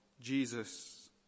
Jesus